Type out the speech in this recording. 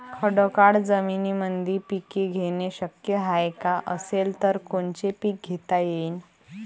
खडकाळ जमीनीमंदी पिके घेणे शक्य हाये का? असेल तर कोनचे पीक घेता येईन?